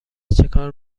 چکار